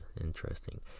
Interesting